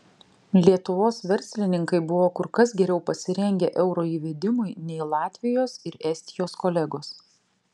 lietuvos verslininkai buvo kur kas geriau pasirengę euro įvedimui nei latvijos ir estijos kolegos